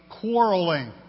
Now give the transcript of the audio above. Quarreling